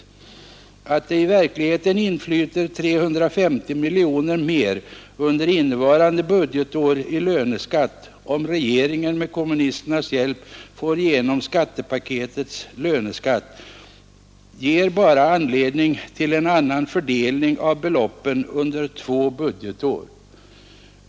Att det i verkligheten inflyter 350 miljoner mer under innevarande budgetår i löneskatt, om regeringen med kommunisternas hjälp får igenom skattepaketets löneskatt, ger bara anledning till en annan fördelning av beloppen under två budgetår.